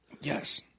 Yes